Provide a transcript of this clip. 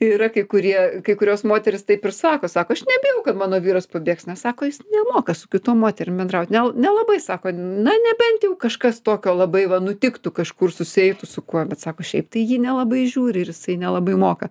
yra kai kurie kai kurios moterys taip ir sako sako aš nebijau kad mano vyras pabėgs nes sako jis nemoka su kitom moterim bendraut nel nelabai sako na nebent jau kažkas tokio labai va nutiktų kažkur susieitų su kuo bet sako šiaip tai į jį nelabai žiūri ir jisai nelabai moka